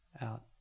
out